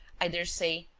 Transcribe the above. i daresay,